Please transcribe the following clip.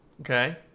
Okay